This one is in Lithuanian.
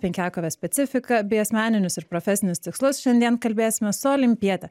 penkiakovės specifiką bei asmeninius ir profesinius tikslus šiandien kalbėsime su olimpiete